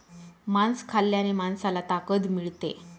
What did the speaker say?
मांस खाल्ल्याने माणसाला ताकद मिळते